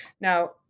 Now